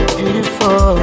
beautiful